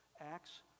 Acts